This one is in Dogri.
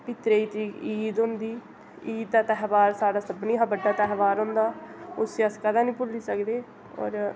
फ्ही त्रेई तरीक ईद होंदी ईद दी त्यहार साढ़ा सभनें कशा बड्डा त्यहार होंदा उसी अस कदें नी भुल्ली सकदे होर